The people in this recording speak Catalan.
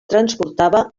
transportava